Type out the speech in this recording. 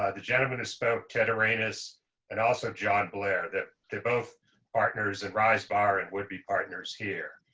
ah the gentleman who spoke ted arenas and also john blair that they're both partners and rise bar and would be partners here.